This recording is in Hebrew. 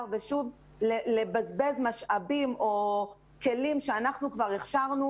ושוב לבזבז משאבים או כלים אנחנו כבר הכשרנו.